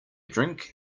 drink